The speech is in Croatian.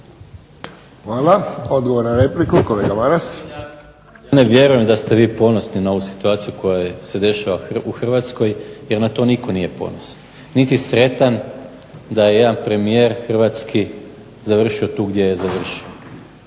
Hvala. Odgovor na repliku. Kolega Maras. **Maras, Gordan (SDP)** Ne vjerujem da ste vi ponosni na ovu situaciju koja se dešava u Hrvatskoj jer na to nitko nije ponosan niti sretan da je jedan premijer hrvatski završio tu gdje je završio.